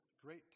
Great